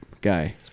guy